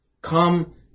Come